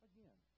Again